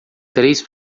três